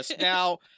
Now